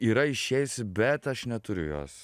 yra išėjusi bet aš neturiu jos